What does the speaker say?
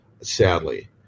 sadly